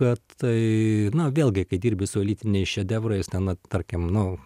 kad tai na vėlgi kai dirbi su elitiniais šedevrais na tarkim nu